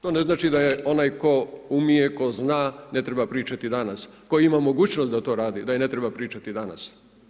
To ne znači da je onaj tko umije, tko zna, ne treba pričati danas, koji ima mogućnost da to radi taj ne treba pričati danas.